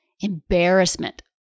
embarrassment